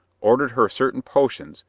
ordered her certain potions,